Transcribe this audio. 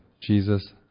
Jesus